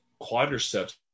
quadriceps